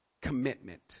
commitment